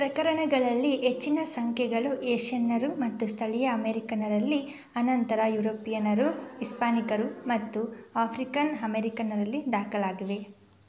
ಪ್ರಕರಣಗಳಲ್ಲಿ ಹೆಚ್ಚಿನ ಸಂಖ್ಯೆಗಳು ಏಷ್ಯನ್ನರು ಮತ್ತು ಸ್ಥಳೀಯ ಅಮೇರಿಕನರಲ್ಲಿ ಅನಂತರ ಯುರೋಪಿಯನ್ನರು ಹಿಸ್ಪಾನಿಕರು ಮತ್ತು ಆಫ್ರಿಕನ್ ಅಮೇರಿಕನರಲ್ಲಿ ದಾಖಲಾಗಿವೆ